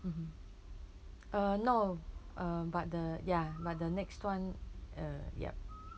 mmhmm uh no uh but the ya but the next [one] uh yup